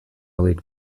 league